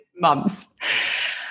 months